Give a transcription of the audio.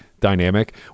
dynamic